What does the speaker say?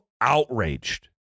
outraged